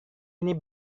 ini